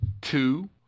Two